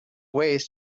ways